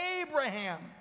Abraham